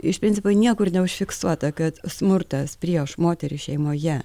iš principo niekur neužfiksuota kad smurtas prieš moterį šeimoje